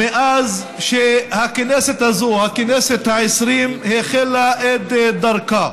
מאז שהכנסת הזאת, הכנסת העשרים, החלה את דרכה